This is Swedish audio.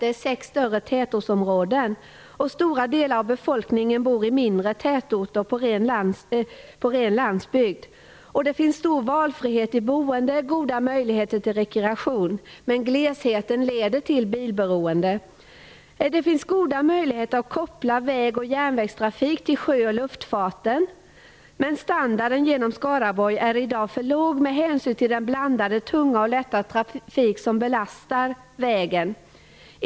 Det är sex större tätortsområden, och stora delar av befolkningen bor i mindre tätorter och på ren landsbygd. Det finns stor valfrihet när det gäller boende och goda möjligheter till rekreation. Men glesheten leder till bilberoende. Det finns goda möjligheter att koppla väg och järnvägstrafik till sjö och luftfarten. Men standarden genom Skaraborg är i dag för låg med hänsyn till den blandade tunga och lätta trafik som belastar vägen.